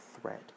threat